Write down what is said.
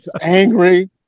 angry